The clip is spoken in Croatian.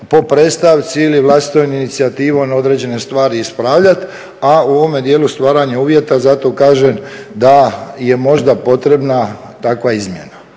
po predstavci ili vlastitom inicijativom određene stvari ispravljati a u ovome dijelu stvaranja uvjeta. Zato kažem da je možda potrebna takva izmjena